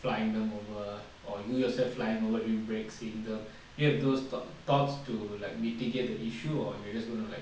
flying them over or you yourself flying over during breaks in the you have those thoughts to like mitigate the issue or you just going to like